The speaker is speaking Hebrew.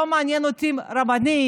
לא מעניין רבנים,